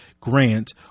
Grant